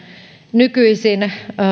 nykyisin